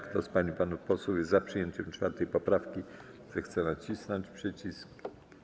Kto z pań i panów posłów jest za przyjęciem 4. poprawki, zechce nacisnąć przycisk.